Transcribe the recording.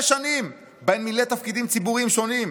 השנים שבה מילא תפקידים ציבוריים שונים.